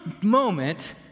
moment